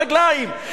ברגליים,